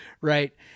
right